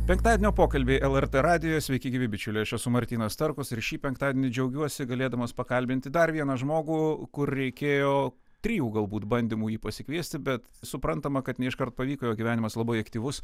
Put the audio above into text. penktadienio pokalbiai lrt radijuje sveiki gyvi bičiuliai aš esu martynas starkus ir šį penktadienį džiaugiuosi galėdamas pakalbinti dar vieną žmogų kur reikėjo trijų galbūt bandymų jį pasikviesti bet suprantama kad neiškart pavyko jo gyvenimas labai aktyvus